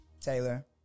Taylor